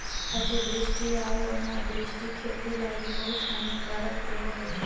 अतिवृष्टि आउ अनावृष्टि खेती लागी बहुत हानिकारक होब हई